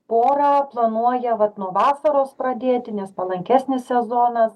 pora planuoja vat nuo vasaros pradėti nes palankesnis sezonas